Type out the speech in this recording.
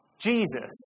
Jesus